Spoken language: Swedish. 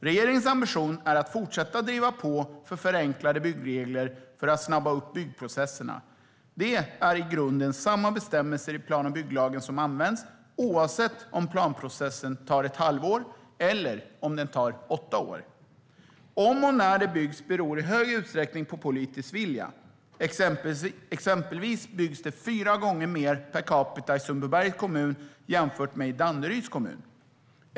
Regeringens ambition är att fortsätta driva på för förenklade byggregler för att snabba upp byggprocesserna. Det är i grunden samma bestämmelser i plan och bygglagen som används oavsett om planprocessen tar ett halvår eller om den tar åtta år. Om och när det byggs beror i hög utsträckning på politisk vilja. Exempelvis byggs det fyra gånger mer per capita i Sundbybergs kommun jämfört med i Danderyds kommun.